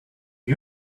you